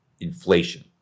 inflation